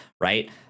right